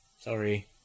Sorry